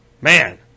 Man